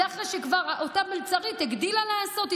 זה אחרי שאותה מלצרית כבר הגדילה לעשות,